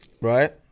Right